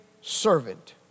servant